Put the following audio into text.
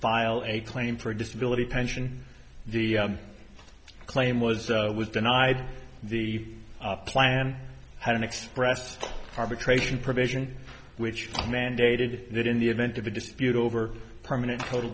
file a claim for disability pension the claim was was denied the plan had expressed arbitration provision which mandated that in the event of a dispute over permanent total